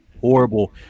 horrible